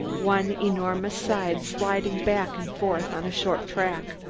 one enormous side sliding back and forth on a short track.